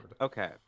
Okay